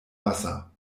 wasser